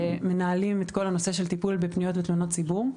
שמנהלים את כל הנושא של טיפל בפניות ותלונות ציבור.